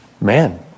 Man